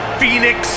Phoenix